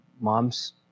mom's